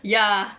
ya